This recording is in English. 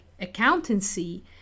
accountancy